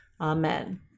Amen